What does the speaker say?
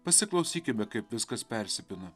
pasiklausykime kaip viskas persipina